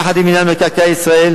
יחד עם מינהל מקרקעי ישראל,